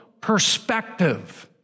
perspective